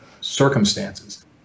circumstances